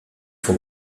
font